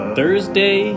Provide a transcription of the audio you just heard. Thursday